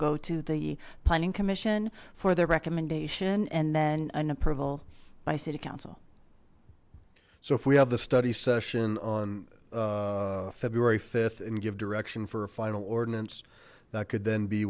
go to the planning commission for the recommendation and then an approval by city council so if we have the study session on february th and give direction for a final ordinance that could then be